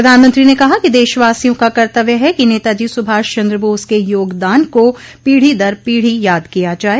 प्रधानमंत्री ने कहा कि देशवासियों का कर्तव्य है कि नेताजी सुभाष चन्द्र बोस के योगदान को पीढ़ी दर पीढ़ी याद किया जाये